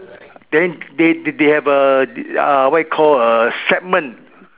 then they they have a uh what you call a segment